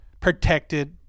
protected